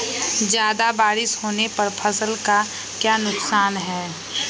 ज्यादा बारिस होने पर फसल का क्या नुकसान है?